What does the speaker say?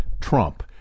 Trump